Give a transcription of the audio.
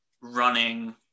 running